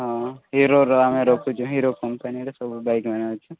ହଁ ହିରୋର ଆମେ ରଖୁଛୁ ହିରୋ କମ୍ପାନୀର ସବୁ ବାଇକ୍ ମାନେ ଅଛେ